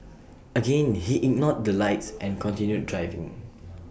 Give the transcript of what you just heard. again he ignored the lights and continued driving